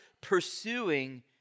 pursuing